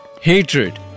hatred